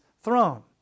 throne